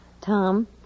Tom